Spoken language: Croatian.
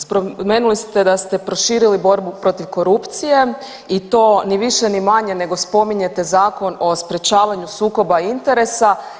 Spomenuli ste da ste proširili borbu protiv korupcije i to ni više ni manje nego spominjete Zakon o sprječavanju sukoba interesa.